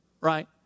right